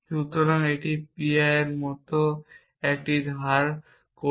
সুতরাং এটি P l এর মতো ঠিক আমরা সেখানে ধার করি